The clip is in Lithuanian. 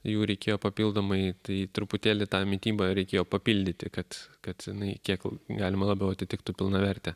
jų reikėjo papildomai tai truputėlį tą mitybą reikėjo papildyti kad kad jinai kiek galima labiau atitiktų pilnavertę